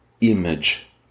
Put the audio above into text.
image